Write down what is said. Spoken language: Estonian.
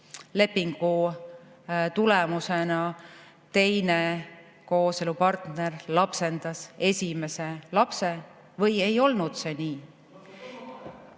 kooselulepingu tulemusena teine kooselupartner lapsendas esimese lapse, või ei olnud see nii.